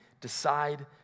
decide